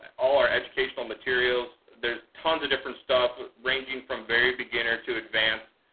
all our educational materials. there's tons of different stuff ranging from very beginner to advanced.